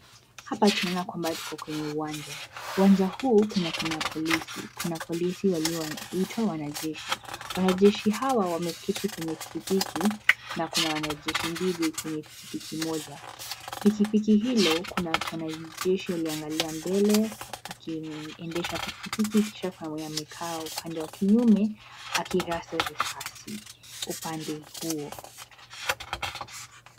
Hapa tunaona kwamba tuko kwenye uwanja. Uwanja huu kuna kina polisi, kuna polisi walioitwa wanajeshi. Wanajeshi hawa wameketi kwenye pikipiki, na kuna wanajeshi mbili kwenye pikipiki moja. Pikipiki hilo, kuna mwanajeshi alieangalia mbele, akiendesha pikipiki, kisha kuna mwenye amekaa upande wa kinyume, akirasa risasi uande huo.